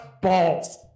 balls